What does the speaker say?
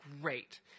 great